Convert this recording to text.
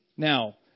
Now